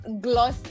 gloss